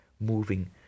moving